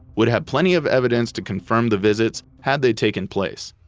would have plenty of evidence to confirm the visits had they taken place.